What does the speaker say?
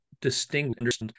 distinguish